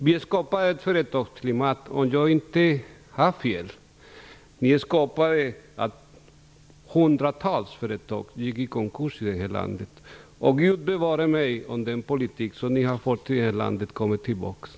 Om jag inte har helt fel skapade ni ett företagsklimat i landet. Ni skapade hundratals företag som gick i konkurs. Gud bevare mig om den politik ni har fört i detta land återinförs.